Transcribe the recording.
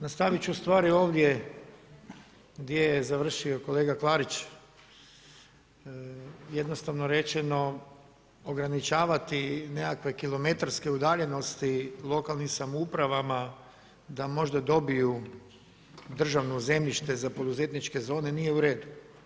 Nastavit ću ustvari ovdje gdje je završio kolega Klarić, jednostavno rečeno ograničavati nekakve kilometarske udaljenosti lokalnim samoupravama da možda dobiju državno zemljište za poduzetničke zone nije u redu.